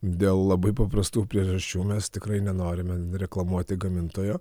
dėl labai paprastų priežasčių mes tikrai nenorime reklamuoti gamintojo